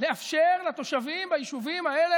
לאפשר לתושבים ביישובים האלה,